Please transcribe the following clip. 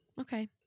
Okay